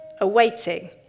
awaiting